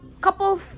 couple